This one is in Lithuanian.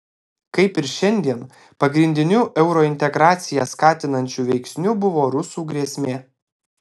kaip ir šiandien pagrindiniu eurointegraciją skatinančiu veiksniu buvo rusų grėsmė